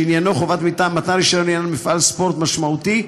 שעניינו חובת מתן רישיון לעניין מפעל ספורט משמעותי,